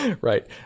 right